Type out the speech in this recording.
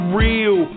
real